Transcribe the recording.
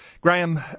Graham